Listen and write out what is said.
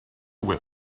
whip